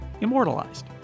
immortalized